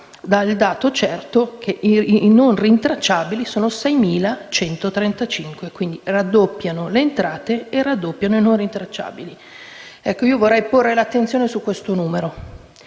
il dato certo che i non rintracciabili sono 6.135: quindi raddoppiano le entrate e raddoppiano i non rintracciabili. Vorrei porre l'attenzione su questo numero,